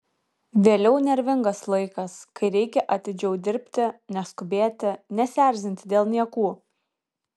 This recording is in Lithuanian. vėliau nervingas laikas kai reikia atidžiau dirbti neskubėti nesierzinti dėl niekų